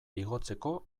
igotzeko